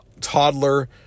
toddler